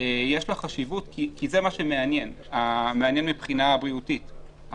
יש חשיבות, כי זה מה שמעניין מבחינה בריאותית.